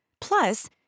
Plus